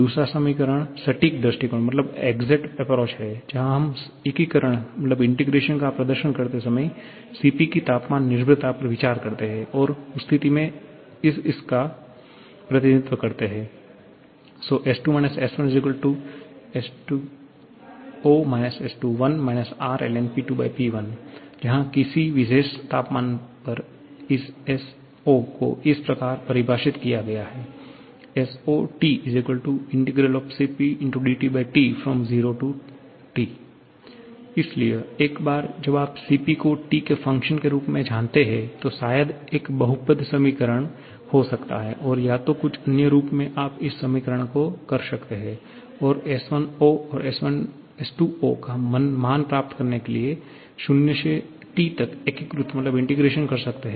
दूसरा दृष्टिकोण सटीक दृष्टिकोण है जहां हम एकीकरण का प्रदर्शन करते समय Cp की तापमान निर्भरता पर विचार करते हैं और उस स्थिति में हम इसका प्रतिनिधित्व करते हैं S2 S1 S02 S01 R ln P2P1 जहां किसी विशेष तापमान पर इस S0 को इस प्रकार परिभाषित किया गया है S0 0 T Cp dTT इसलिए एक बार जब आप Cp को T के फ़ंक्शन के रूप में जानते हैं तो शायद एक बहुपद समीकरण हो सकता है और या तो कुछ अन्य रूप में आप इस एकीकरण को कर सकते हैं और S01 और S02 का मान प्राप्त करने के लिए 0 से T तक एकीकृत कर सकते हैं